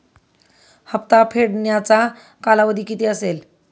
हप्ता फेडण्याचा कालावधी किती असेल?